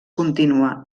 contínua